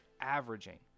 averaging